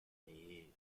nee